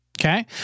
Okay